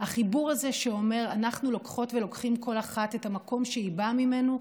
החיבור הזה שאומר אנחנו לוקחות ולוקחים כל אחת את המקום שהיא באה ממנו,